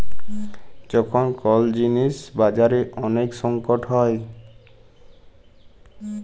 যখল কল জিলিস বাজারে ওলেক সংকট হ্যয়